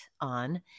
on